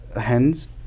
hens